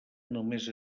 només